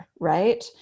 right